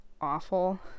awful